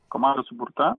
komanda suburta